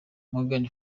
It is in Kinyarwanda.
morgan